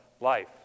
life